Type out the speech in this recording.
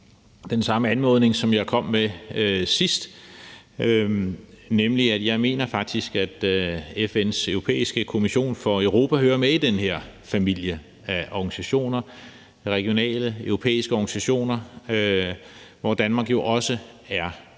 den samme anmodning, som jeg også kom med sidst, nemlig at jeg faktisk mener, at FN's Økonomiske Kommission for Europa hører med i den her familie af regionale europæiske organisationer, hvor Danmark jo også er